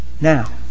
now